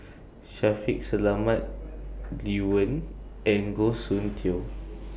Shaffiq Selamat Lee Wen and Goh Soon Tioe